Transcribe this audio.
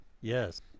Yes